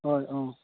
হয় অঁ